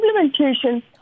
implementation